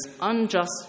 unjust